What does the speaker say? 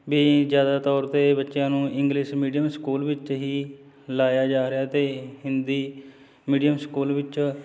ਵੀ ਜ਼ਿਆਦਾ ਤੌਰ 'ਤੇ ਬੱਚਿਆਂ ਨੂੰ ਇੰਗਲਿਸ਼ ਮੀਡੀਅਮ ਸਕੂਲ ਵਿੱਚ ਹੀ ਲਾਇਆ ਜਾ ਰਿਹਾ ਅਤੇ ਹਿੰਦੀ ਮੀਡੀਅਮ ਸਕੂਲ ਵਿੱਚ